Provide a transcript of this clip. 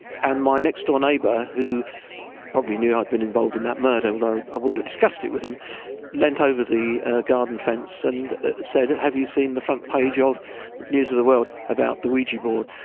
and my next-door neighbour, who probably knew i'd been involved in that murder although i wouldn't have discussed it with him leant over the garden fence and said, have you seen the front page of news of the world about the ouija board?